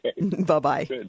Bye-bye